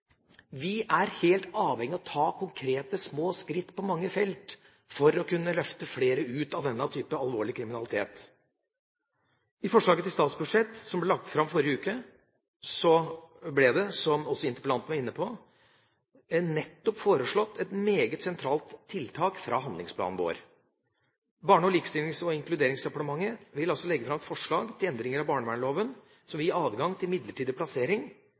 Vi er helt avhengig av å ta konkrete, små skritt på mange felt for å kunne løfte flere ut av denne typen alvorlig kriminalitet. I forslaget til statsbudsjett som ble lagt fram i forrige uke, ble det – som også interpellanten var inne på – foreslått et meget sentralt tiltak fra handlingsplanen vår. Barne-, likestillings- og inkluderingsdepartementet vil legge fram et forslag om endring av barnevernsloven som vil gi adgang til midlertidig plassering